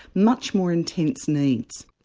much more intense needs.